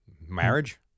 Marriage